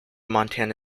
montana